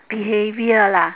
behaviour lah